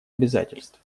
обязательств